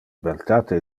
beltate